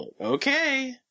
Okay